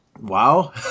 Wow